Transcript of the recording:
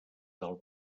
del